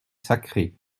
sacré